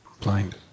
blind